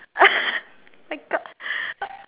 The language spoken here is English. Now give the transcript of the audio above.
I thought